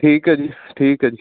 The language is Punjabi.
ਠੀਕ ਹੈ ਜੀ ਠੀਕ ਹੈ ਜੀ